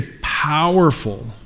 powerful